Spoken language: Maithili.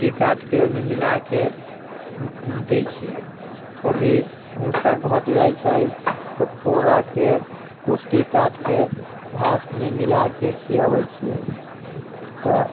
कुट्टी काटिके ओइमे मिलाके दै छियै कभी भूसा घटि जाइ छै तऽ पोराके कुट्टी काटिके घासमे मिलाके खीयाबै छियै तऽ